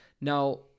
now